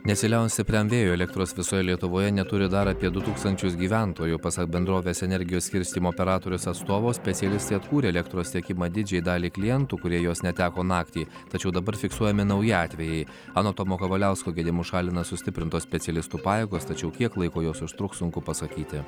nesiliaujant stipriam vėjui elektros visoje lietuvoje neturi dar apie du tūkstančius gyventojų pasak bendrovės energijos skirstymo operatorius atstovo specialistai atkūrė elektros tiekimą didžiajai daliai klientų kurie jos neteko naktį tačiau dabar fiksuojami nauji atvejai anot tomo kavaliausko gedimus šalina sustiprintos specialistų pajėgos tačiau kiek laiko jos užtruks sunku pasakyti